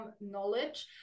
knowledge